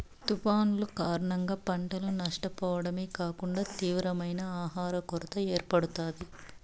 తుఫానులు కారణంగా పంటను నష్టపోవడమే కాకుండా తీవ్రమైన ఆహర కొరత ఏర్పడుతాది